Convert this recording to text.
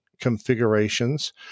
configurations